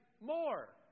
more